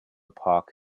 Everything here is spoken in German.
park